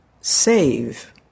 save